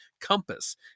Compass